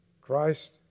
Christ